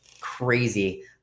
crazy